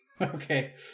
Okay